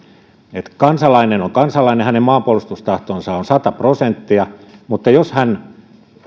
että kansalainen on kansalainen hänen maanpuolustustahtonsa on sata prosenttia mutta jos hän